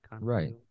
Right